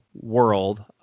world